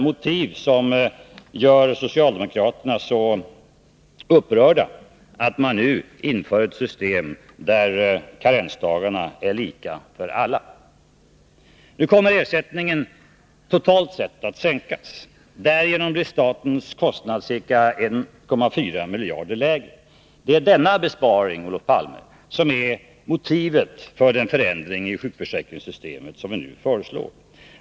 Hur kan socialdemokraterna vara så upprörda när man nu inför ett system där karensdagarna är lika för alla? Nu kommer ersättningen totalt sett att sänkas. Därigenom blir statens kostnad ca 1,4 miljarder lägre. Det är denna besparing, Olof Palme, som är motivet för den förändring i sjukförsäkringssystemet som vi nu föreslår.